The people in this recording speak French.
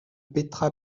petra